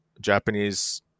Japanese